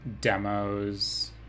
demos